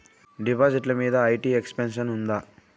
డిపాజిట్లు మీద IT exemption ఉందా?